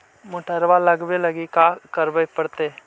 टमाटर लगावे लगी का का करये पड़तै?